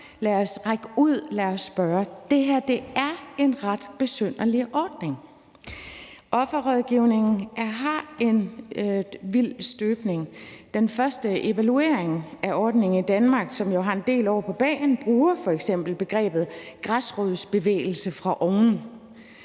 lad os række ud, og lad os spørge. Det her er en ret besynderlig ordning. Offerrådgivningen er af en vild støbning. Den første evaluering af ordningen i Danmark, som har en del år på bagen, bruger f.eks. begrebet græsrodsbevægelse fra oven.